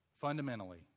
fundamentally